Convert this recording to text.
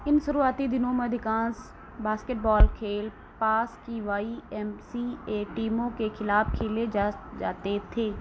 इन शुरुआती दिनों में अधिकान्श बास्केटबॉल खेल पास की वाई एम सी ए टीमों के खिलाफ़ खेले जा जाते थे